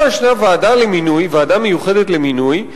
פה יש ועדה מיוחדת למינוי,